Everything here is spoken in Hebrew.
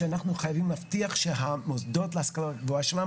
שאנחנו חייבים להבטיח שהמוסדות להשכלה גבוהה שלנו